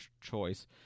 choice